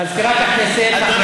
מזכירת הכנסת.